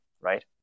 right